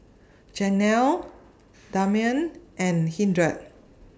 Janell Damion and Hildred